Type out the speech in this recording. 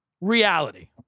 reality